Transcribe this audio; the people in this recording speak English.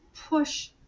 push